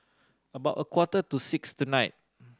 about a quarter to six tonight